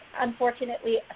unfortunately